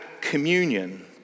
communion